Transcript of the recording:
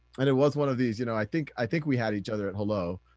and it was one of these you know, i think i think we had each other at hello.